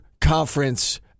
conference